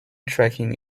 tracking